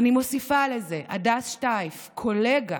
אני מוסיפה לזה: הדס שטייף, קולגה,